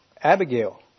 Abigail